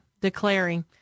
Declaring